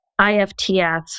IFTF